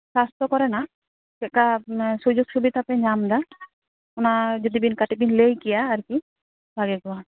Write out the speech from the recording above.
ᱥᱟᱥᱛᱷᱚ ᱠᱚᱨᱮᱱᱟᱜ ᱪᱮᱫᱞᱮᱠᱟ ᱥᱩᱡᱳᱜᱽ ᱥᱩᱵᱤᱫᱟ ᱯᱮ ᱧᱟᱢ ᱮᱫᱟ ᱚᱱᱟ ᱡᱩᱫᱤ ᱠᱟᱹᱴᱤᱡ ᱵᱮᱱ ᱞᱟᱹᱭ ᱠᱮᱭᱟ ᱟᱨᱠᱤ ᱵᱷᱟᱹᱜᱤ ᱠᱚᱜᱼᱟ